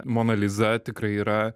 mona liza tikrai yra